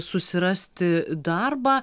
susirasti darbą